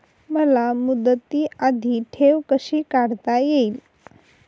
मला मुदती आधी ठेव कशी काढता येईल?